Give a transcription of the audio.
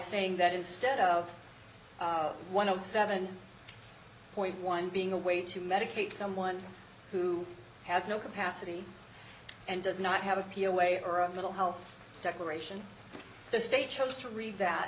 saying that instead of one of seven point one being a way to medicate someone who has no capacity and does not have a p r way or a little health declaration the state chose to read that